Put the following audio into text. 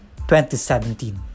2017